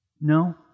No